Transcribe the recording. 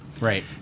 Right